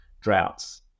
droughts